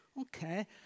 Okay